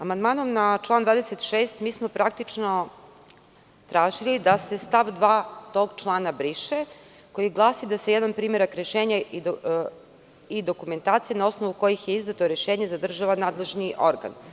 Amandmanom na član 26. praktično smo tražili da se stav 2. tog člana briše, a koji glasi da se jedan primerak rešenja i dokumentacije na osnovu kojih je izdato rešenje zadržava nadležni organ.